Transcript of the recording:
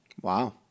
Wow